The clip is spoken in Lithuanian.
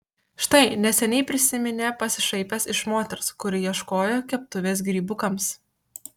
štai neseniai prisiminė pasišaipęs iš moters kuri ieškojo keptuvės grybukams